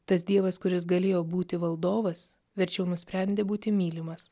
tas dievas kuris galėjo būti valdovas verčiau nusprendė būti mylimas